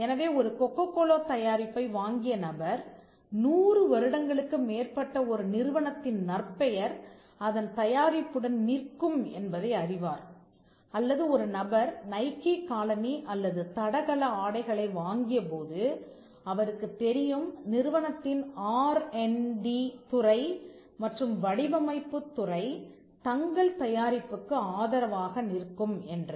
எனவே ஒரு கொக்ககோலா தயாரிப்பை வாங்கிய நபர் 100 வருடங்களுக்கு மேற்பட்ட ஒரு நிறுவனத்தின் நற்பெயர் அதன் தயாரிப்புடன் நிற்கும் என்பதை அறிவார் அல்லது ஒரு நபர் நைகீ காலணி அல்லது தடகள ஆடைகளை வாங்கிய போது அவருக்குத் தெரியும் நிறுவனத்தின் ஆர் அண்ட் டி RD துறை மற்றும் வடிவமைப்புத் துறை தங்கள் தயாரிப்புக்கு ஆதரவாக நிற்கும் என்று